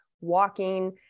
walking